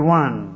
one